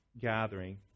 gathering